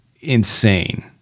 insane